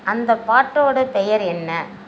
அந்தப் பாட்டோடய பெயர் என்ன